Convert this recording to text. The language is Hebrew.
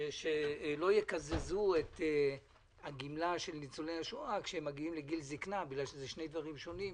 שלא יקזזו את הגמלה של ניצולי השואה כי אלה שני דברים שונים.